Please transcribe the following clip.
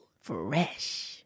Fresh